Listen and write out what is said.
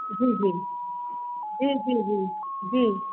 जी जी जी जी